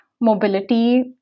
mobility